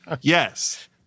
yes